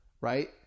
Right